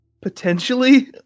Potentially